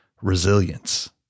resilience